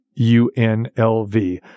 UNLV